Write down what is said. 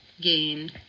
gain